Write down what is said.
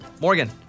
Morgan